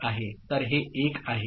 तर हे 1 आहे